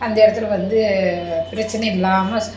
அந்த இடத்துல வந்து பிரச்சின இல்லாமல்